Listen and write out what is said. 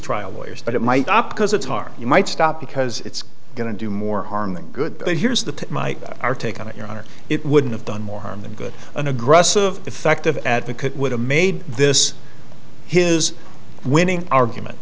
trial lawyers but it might up because it's hard you might stop because it's going to do more harm than good but here's the my our take on it your honor it wouldn't have done more harm than good an aggressive effective advocate would have made this his winning argument